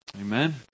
Amen